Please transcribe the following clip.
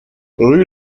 rue